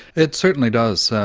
it certainly does.